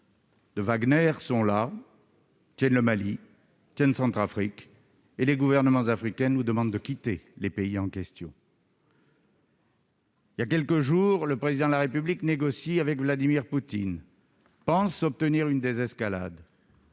De Wagner sont là. Le Mali, Tchad, Centrafrique et les gouvernements africains nous demandent de quitter les pays en question. Il y a quelques jours, le président de la République négocie avec Vladimir Poutine pense obtenir une désescalade.